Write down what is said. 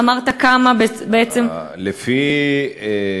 אמרת כמה בעצם, הבנתי.